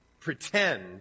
Pretend